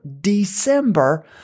December